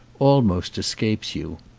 almost escapes you.